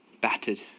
battered